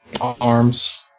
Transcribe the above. arms